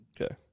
Okay